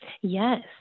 Yes